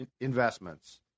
investments